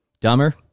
dumber